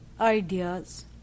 ideas